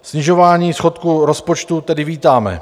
Snižování schodku rozpočtu tedy vítáme.